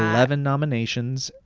eleven nominations,